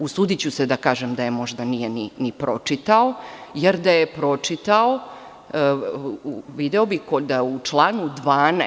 Usudiću se da kažem da je možda niko nije ni pročitao, jer da je pročitao video bi da u članu 12.